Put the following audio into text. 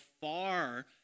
far